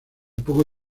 poco